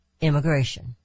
Immigration